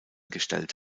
gestellt